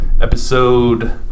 Episode